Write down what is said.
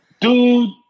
dude